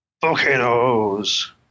Volcanoes